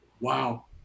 Wow